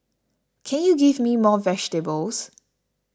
can you give me more vegetables